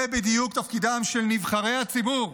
זה בדיוק תפקידם של נבחרי הציבור.